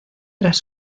tras